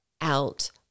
out